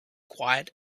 quiet